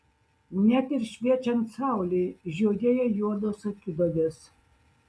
net ir šviečiant saulei žiojėja juodos akiduobės